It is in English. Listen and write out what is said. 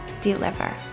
deliver